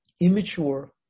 immature